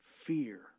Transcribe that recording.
Fear